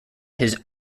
his